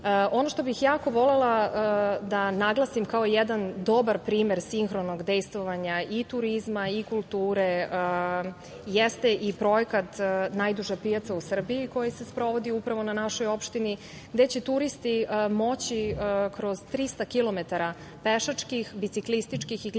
što bih jako volela da naglasim kao jedan dobar primer sinhronog dejstvovanja i turizma i kulture jest i projekat „Najduža pijaca u Srbiji“ koji se sprovodi upravo na našoj opštini, gde će turisti moći kroz 300 km pešačkih, biciklističkih i klivarskih